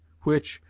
which,